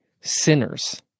sinners